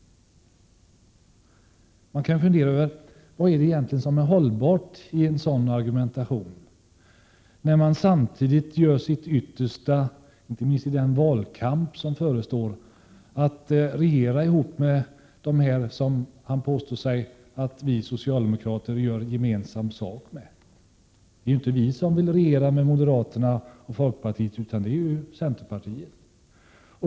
Man kan då fråga sig vad som egentligen är hållbart i en sådan argumentation, när centern samtidigt gör sitt yttersta, inte minst i den valkamp som förestår, för att få regera ihop med dem som Agne Hansson påstår att vi socialdemokrater gör gemensam sak med. Det är inte vi som vill regera med moderaterna och folkpartiet, utan det är centerpartiet.